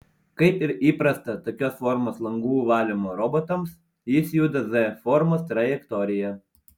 kaip ir įprasta tokios formos langų valymo robotams jis juda z formos trajektorija